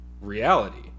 reality